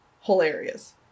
hilarious